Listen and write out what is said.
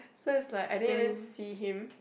so it's like I didn't even see him